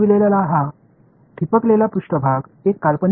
எனவே இதை நாம் ஒரு உண்மையான பிரச்சனை என்று அழைப்போம் சரி